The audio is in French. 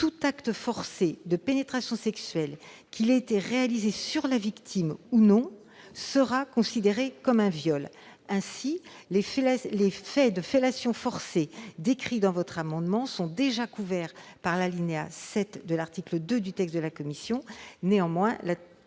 tout acte forcé de pénétration sexuelle, qu'il ait été réalisé sur la victime ou non, sera considéré comme un viol. Ainsi, les faits de fellation forcés que vous décrivez sont déjà couverts par l'alinéa 7 de l'article 2 du texte de la commission. Néanmoins, la